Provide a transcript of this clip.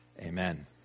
Amen